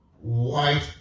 white